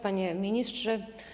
Panie Ministrze!